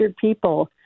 people